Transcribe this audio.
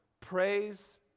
Praise